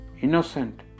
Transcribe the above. innocent